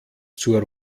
zur